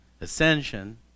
ascension